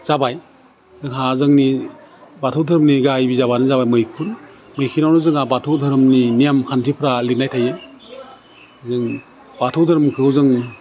जाबाय जोंहा जोंनि बाथौ दोहोरोमनि गाहाय बिजाबानो जाबाय मैखुन मैखेनावनो जोंहा बाथौ दोरोमनि नेमखान्थिफ्रा लिरनाय थायो जों बाथौ दोहोरोमखौ जों